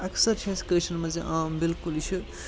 اکثر چھِ اَسہِ کٲشرٮ۪ن منٛز یہِ عام بلکل یہِ چھ